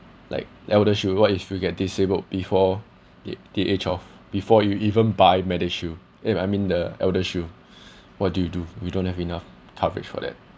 like elder shield what if you get disabled before the the age of before you even buy medishield eh I mean the elder shield what do you do you don't have enough coverage for that